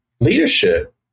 leadership